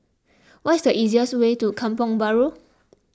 what is the easiest way to Kampong Bahru